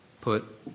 put